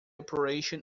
operation